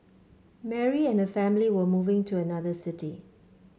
Mary and her family were moving to another city